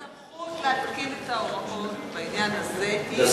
הסמכות להתקין את ההוראות בעניין הזה היא של